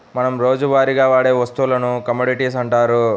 మనం రోజువారీగా వాడే వస్తువులను కమోడిటీస్ అంటారు